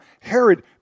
Herod